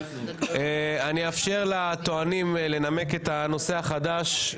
אני אאפשר לטוענים לנמק את הנושא החדש,